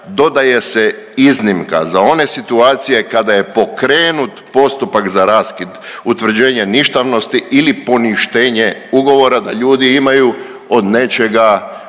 dodaje se iznimka za one situacije kada je pokrenut postupak za raskid utvrđenje ništavnosti ili poništenje ugovora, da ljudi imaju od nečega